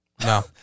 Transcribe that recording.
No